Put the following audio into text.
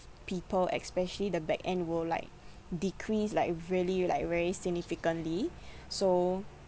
people especially the back end will like decrease like very like very significantly so